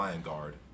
Guard